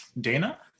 Dana